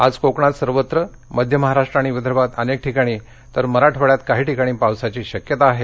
आज कोकणात सर्वत्र मध्य महाराष्ट्र आणि विदर्भात अनेक ठिकाणी तर मराठवाड्यात काही ठिकाणी पावसाची शक्यता आहे